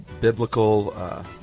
biblical